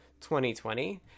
2020